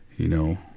you know,